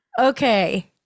okay